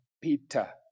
Peter